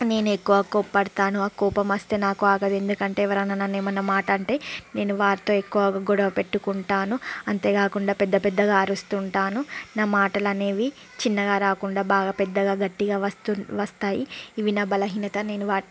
నేను ఎక్కువ కోప్పడతాను నాకు కోపం వస్తే నాకు ఆగదు ఎందుకంటే ఎవరైనా నన్నేమి అన్నా మాట అంటే నేను వారితో ఎక్కువగా గొడవ పెట్టుకుంటాను అంతేకాకుండా పెద్ద పెద్దగా అరుస్తుంటాను నా మాటలనేవి చిన్నగా రాకుండా బాగా పెద్దగా గట్టిగా వస్తూ వస్తాయి ఇవి నా బలహీనత నేను వాటి